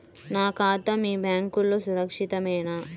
నా ఖాతా మీ బ్యాంక్లో సురక్షితమేనా?